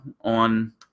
on